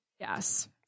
yes